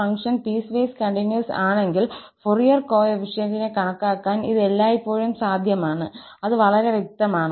അതിനാൽ ഒരു function piecewise continuous ആണെങ്കിൽ ഫൊറിയർ കോഎഫിഷ്യന്റ്നെ കണക്കാക്കാൻ ഇത് എല്ലായ്പ്പോഴും സാധ്യമാണ് അത് വളരെ വ്യക്തമാണ്